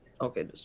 Okay